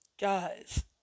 guys